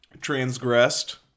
Transgressed